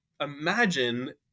imagine